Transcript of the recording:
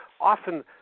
often